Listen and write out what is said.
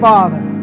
Father